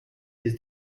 his